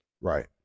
Right